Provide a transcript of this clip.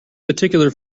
particular